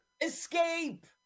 Escape